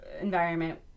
environment